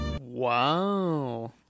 Wow